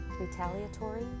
retaliatory